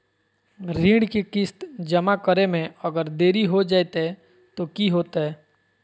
ऋण के किस्त जमा करे में अगर देरी हो जैतै तो कि होतैय?